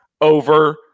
over